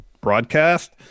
broadcast